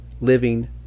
living